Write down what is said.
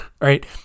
right